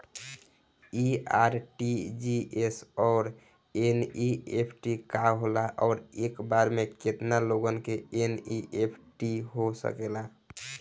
इ आर.टी.जी.एस और एन.ई.एफ.टी का होला और एक बार में केतना लोगन के एन.ई.एफ.टी हो सकेला?